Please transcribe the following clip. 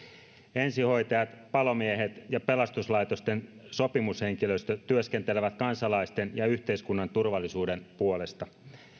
ensihoitajat palomiehet ja pelastuslaitosten sopimushenkilöstö työskentelevät kansalaisten ja yhteiskunnan turvallisuuden puolesta